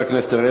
מנואל טרכטנברג,